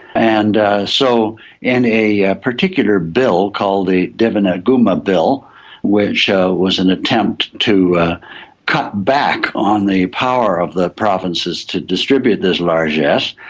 and so in a a particular bill called a divi neguma bill which was an attempt to cut back on the power of the provinces to distribute this largess,